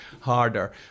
harder